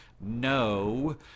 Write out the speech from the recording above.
no